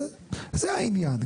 זה העניין.